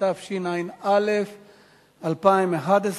התשע"א 2011,